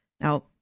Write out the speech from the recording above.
Now